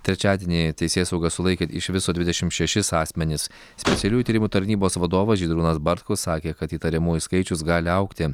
trečiadienį teisėsauga sulaikė iš viso dvidešimt šešis asmenis specialiųjų tyrimų tarnybos vadovas žydrūnas bartkus sakė kad įtariamųjų skaičius gali augti